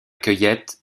cueillette